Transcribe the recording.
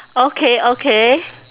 okay okay